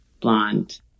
blonde